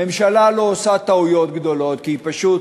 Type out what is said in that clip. הממשלה לא עושה טעויות גדולות כי היא פשוט,